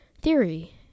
Theory